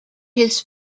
his